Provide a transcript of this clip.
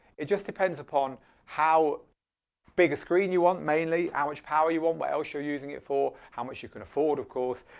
it just depends upon how big a screen you want mainly, how much power you want, what else you're using it for, how much you can afford of course.